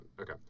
Okay